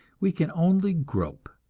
we can only grope.